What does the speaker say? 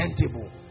presentable